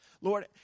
Lord